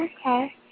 Okay